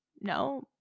No